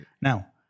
Now